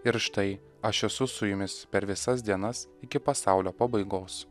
ir štai aš esu su jumis per visas dienas iki pasaulio pabaigos